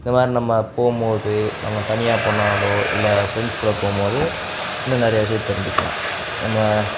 இந்த மாதிரி நம்ம போகும்போது நம்ம தனியாக போனாலோ இல்லை ஃப்ரெண்ட்ஸ் கூட போகும்போது இன்னும் நிறைய விஷயம் தெரிஞ்சுக்கிலாம் நம்ம